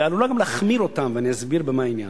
היא עלולה גם להחמיר אותן, ואני אסביר במה העניין.